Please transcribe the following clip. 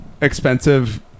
Expensive